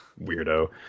Weirdo